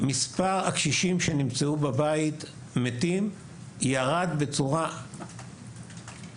מספר הקשישים שנמצאו מתים בבית ירד בצורה מדהימה,